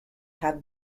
have